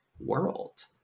world